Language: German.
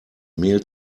mehl